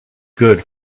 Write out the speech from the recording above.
good